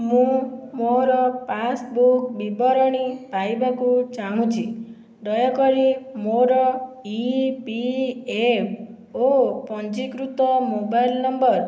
ମୁଁ ମୋର ପାସ୍ବୁକ୍ ବିବରଣୀ ପାଇବାକୁ ଚାହୁଁଛି ଦୟାକରି ମୋର ଇ ପି ଏଫ୍ ଓ ପଞ୍ଜୀକୃତ ମୋବାଇଲ୍ ନମ୍ବର